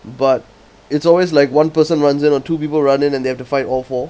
but it's always like one person runs in or two people run in and they have to fight all four